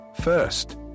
First